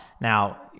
Now